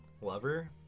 Lover